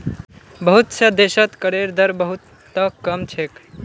बहुत स देशत करेर दर बहु त कम छेक